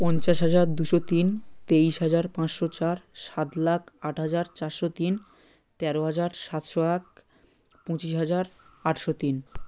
পঞ্চাশ হাজার দুশো তিন তেইশ হাজার পাঁচশো চার সাত লাখ আট হাজার চারশো তিন তেরো হাজার সাতশো এক পঁচিশ হাজার আটশো তিন